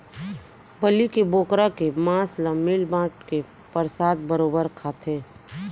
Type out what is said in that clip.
बलि के बोकरा के मांस ल मिल बांट के परसाद बरोबर खाथें